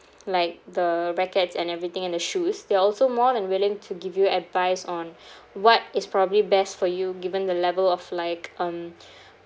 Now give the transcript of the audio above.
like the rackets and everything and the shoes they're also more than willing to give you advice on what is probably best for you given the level of like um